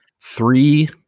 three